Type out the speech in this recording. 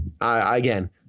again